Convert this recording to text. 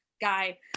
guy